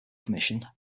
commission